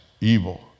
evil